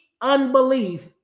unbelief